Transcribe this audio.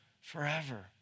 forever